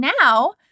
now